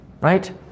right